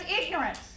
ignorance